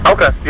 Okay